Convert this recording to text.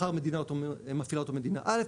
מחר מפעילה אותו מדינה א',